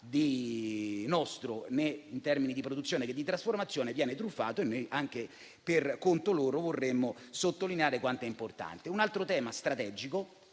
di nostro, in termini sia di produzione sia di trasformazione, viene truffato; anche per conto loro vorremmo sottolineare quanto tutto ciò sia importante. Un altro tema strategico